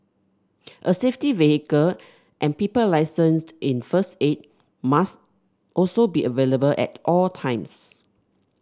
a safety vehicle and people licensed in first aid must also be available at all times